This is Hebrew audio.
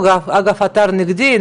הוא אגב עתר נגדי,